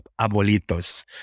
abuelitos